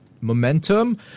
momentum